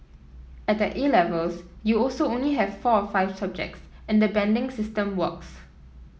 at the A Levels you also only have four or five subjects and the banding system works